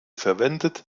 verwendet